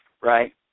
right